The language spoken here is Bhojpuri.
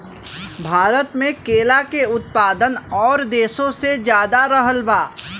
भारत मे केला के उत्पादन और देशो से ज्यादा रहल बा